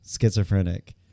schizophrenic